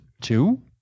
Two